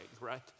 right